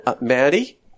Maddie